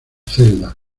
celda